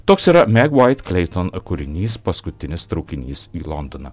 toks yra meg vait kleiton kūrinys paskutinis traukinys į londoną